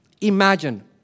Imagine